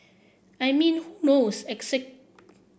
I mean who knows